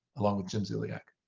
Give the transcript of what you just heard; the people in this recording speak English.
along with jim ziliak.